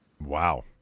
Wow